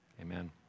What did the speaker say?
Amen